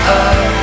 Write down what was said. up